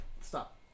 Stop